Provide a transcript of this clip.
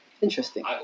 interesting